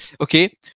okay